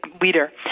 leader